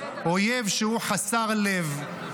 אויב שהוא חסר לב,